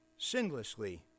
sinlessly